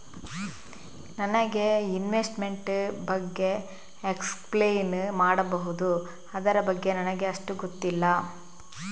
ನನಗೆ ಇನ್ವೆಸ್ಟ್ಮೆಂಟ್ ಬಗ್ಗೆ ಎಕ್ಸ್ಪ್ಲೈನ್ ಮಾಡಬಹುದು, ಅದರ ಬಗ್ಗೆ ನನಗೆ ಅಷ್ಟು ಗೊತ್ತಿಲ್ಲ?